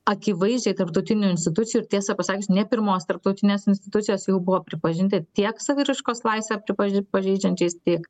akivaizdžiai tarptautinių institucijų ir tiesą pasakius ne pirmos tarptautinės institucijos jau buvo pripažinti tiek saviraiškos laisvę pripaži pažeidžiančiais tiek